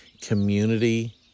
community